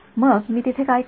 मग मी तिथे काय करु